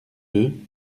deux